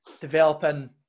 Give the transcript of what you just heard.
developing